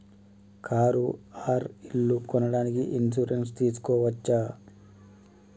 Car or ఇల్లు కొనడానికి insurance తీస్కోవచ్చా?